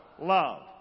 love